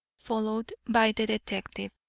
followed by the detective.